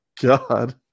God